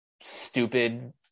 stupid